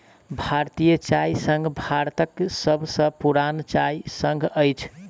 भारतीय चाय संघ भारतक सभ सॅ पुरान चाय संघ अछि